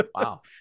Wow